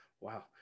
wow